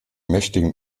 mächtigen